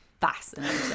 fascinating